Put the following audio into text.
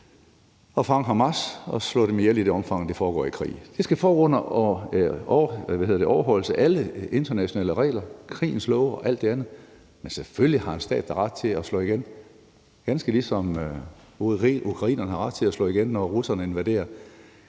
folk fra Hamas og slå dem ihjel i det omfang, det foregår i en krig, og det skal ske under overholdelsen af alle de internationale regler, krigens love, og alt det andet. Men selvfølgelig har en stat da ret til at slå igen, ganske ligesom ukrainerne har ret til at slå igen, når russerne invaderer.